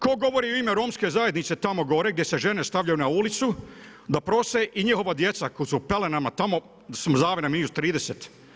Tko govori u ime Romske zajednice tamo gore gdje se žene stavljaju na ulicu da prose i njihova djeca koja se u pelenama tamo smrzavaju na -30?